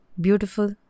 beautiful